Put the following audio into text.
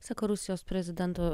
sako rusijos prezidento